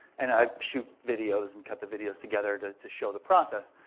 and i shoot videos and cut the videos together to to show the process.